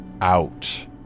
out